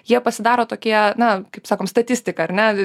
jie pasidaro tokie na kaip sakom statistika ar ne